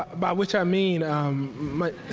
by which i mean my